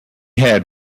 had